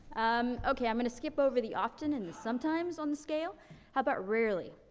um, okay. i'm gonna skip over the often and the sometimes on the scale. how about rarely?